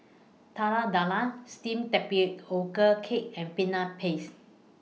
Telur Dadah Steamed Tapioca Cake and Peanut Paste